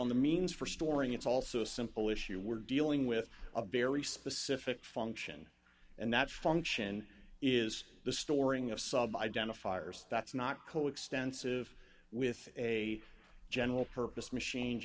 on the means for storing it's also a simple issue we're dealing with a very specific function and that function is the storing of sub identifiers that's not coextensive with a general purpose machine